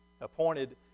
Appointed